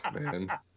man